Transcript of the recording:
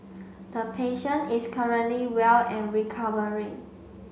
the patient is currently well and recovering